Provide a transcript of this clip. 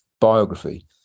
biography